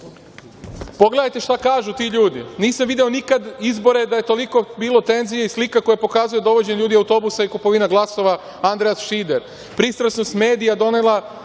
pogledajte šta kažu ti ljudi. Nisam video nikad izbore da je toliko bilo tenzija i slika koja pokazuje dovođenje ljudi autobusima i kupovina glasova – Andreas Šider. Pristrasnost medija donela